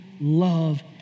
love